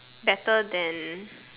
better than